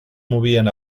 movien